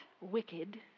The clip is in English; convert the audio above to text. wicked